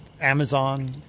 Amazon